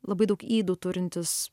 labai daug ydų turintis